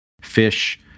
fish